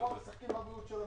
כלומר משחקים בבריאות שלנו,